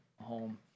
home